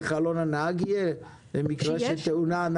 על חלון הנהג שלט האומר שבמקרה של תאונה,